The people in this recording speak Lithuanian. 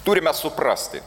turime suprasti